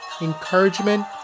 encouragement